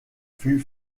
fut